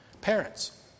Parents